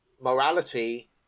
morality